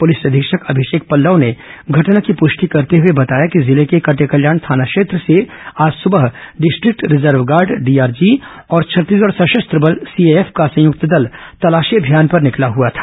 police अधीक्षक अभिषेक पल्लव ने घटना की पुष्टि करते हुए बताया कि जिले के कटेकल्याण थाना क्षेत्र से आज सुबह डिस्ट्रिक्ट रिजर्व गार्ड डीआरजी और छत्तीसगढ़ सशस्त्र बल सीएएफ का संयुक्त दल तलाशी अभियान पर निकला हुआ था